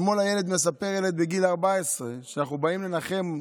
אתמול הילד מספר, ילד בגיל 14, כשאנחנו באים לנחם,